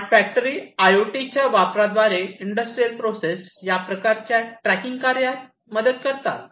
smart factory आयआयओटीच्या वापराद्वारे industrial process या प्रकारच्या ट्रॅकिंग कार्यात मदत करतात